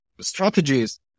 strategies